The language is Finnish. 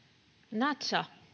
natcha